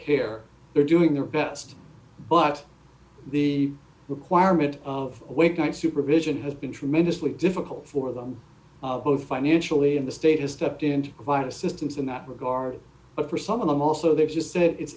care they're doing their best but the requirement of awakening supervision has been tremendously difficult for them both financially and the state has stepped in to provide assistance in that regard but for some of them also there's just that it's